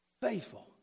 faithful